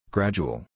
Gradual